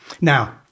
Now